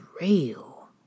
real